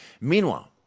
meanwhile